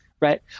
right